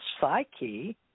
psyche –